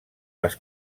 les